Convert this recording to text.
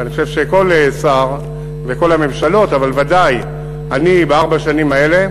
ואני חושב שכל שר וכל הממשלות אבל ודאי אני בארבע השנים האלה,